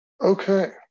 Okay